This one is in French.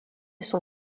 son